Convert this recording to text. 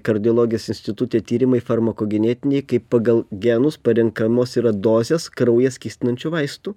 kardiologijos institute tyrimai farmakogenetiniai kaip pagal genus parenkamos yra dozės kraują skystinančių vaistų